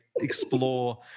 explore